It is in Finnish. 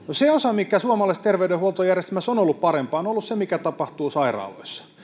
se osa mikä suomalaisessa terveydenhuoltojärjestelmässä on ollut parempaa on ollut se mikä tapahtuu sairaaloissa